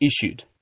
issued